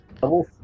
Double